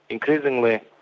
increasingly,